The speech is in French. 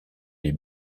les